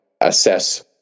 assess